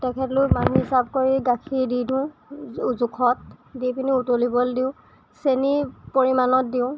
তেখেতলোক মানুহ হিচাপ কৰি গাখীৰ দি দিওঁ জোখত দি পিনি উতলিবলৈ দিওঁ চেনী পৰিমাণত দিওঁ